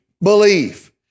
belief